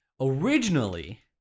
Originally